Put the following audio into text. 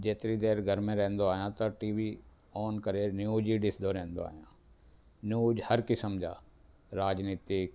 जेतिरी देरि घर में रहंदो आहियां त टी वी ऑन करे न्यूज ई ॾिसंदो रहंदो आहियां न्यूज हर क़िसम जा राजनैतिक